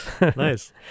Nice